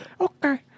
Okay